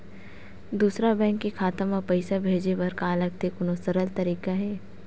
दूसरा बैंक के खाता मा पईसा भेजे बर का लगथे कोनो सरल तरीका हे का?